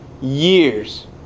years